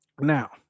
Now